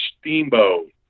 Steamboat